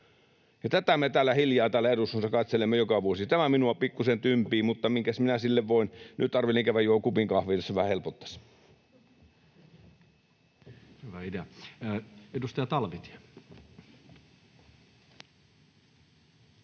Tätä me hiljaa täällä eduskunnassa katselemme joka vuosi. Tämä minua pikkusen tympii, mutta minkäs minä sille voin. Nyt arvelin käydä juomassa kupin kahvia, jos se vähän helpottaisi. [Speech 570] Speaker: